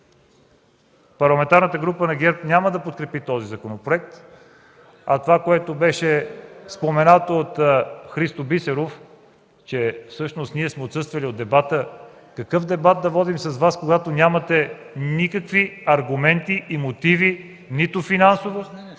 Парламентарната група на ГЕРБ няма да подкрепи този законопроект. Това, което беше споменато от Христо Бисеров, че всъщност ние сме отсъствали от дебата, дебат да водим с Вас, когато нямате никакви аргументи и мотиви нито финансово,